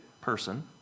person